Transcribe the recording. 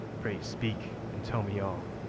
pray speak, and tell me all.